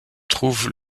trouve